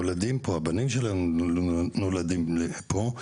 הם נולדים פה או הילדים שלהם נולדים פה.